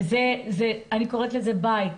אני קוראת לזה בית,